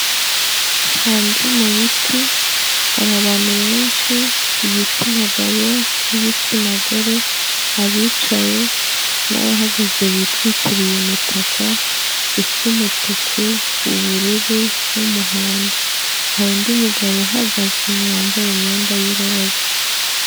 Hanze mu biti hari abantu benshi, igitsina gabo n'igitsina gore, abicaye n'abahagaze bitwikiriye umutaka usa umutuku, ubururu n'umuhondo, hari undi mugabo uhagaze wambaye imyenda y'iroza.